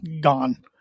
gone